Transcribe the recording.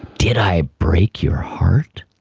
did i break your heart?